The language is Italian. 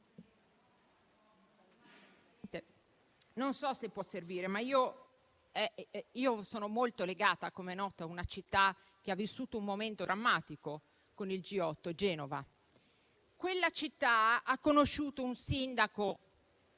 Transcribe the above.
Non so se può servire, ma sono molto legata, com'è noto, a una città che ha vissuto un momento drammatico con il G8: Genova. Quella città ha conosciuto un sindaco